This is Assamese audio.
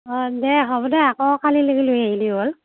অঁ দে হ'ব দে আকৌ কালি লেকে লৈ আহিলে হ'ল